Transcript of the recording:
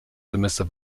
semester